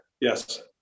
Yes